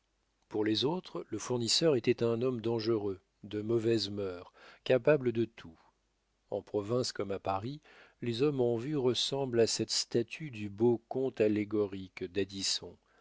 pour les autres le fournisseur était un homme dangereux de mauvaises mœurs capable de tout en province comme à paris les hommes en vue ressemblent à cette statue du beau conte allégorique d'addisson